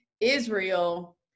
Israel